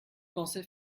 pensais